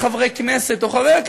מצד שני, חברי כנסת, או, חבר כנסת